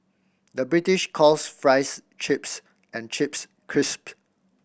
the British calls fries chips and chips crisp